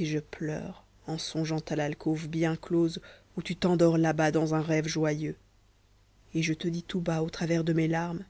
et je pleure en songeant à l'alcôve bien close où tu t'endors là-bas dans un rêve joyeux et je te dis tout bas au travers de mes larmes